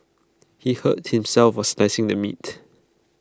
he hurt himself while slicing the meat